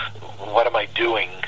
what-am-I-doing